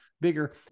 bigger